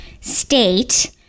state